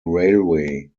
railway